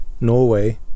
Norway